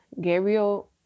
Gabriel